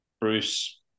Bruce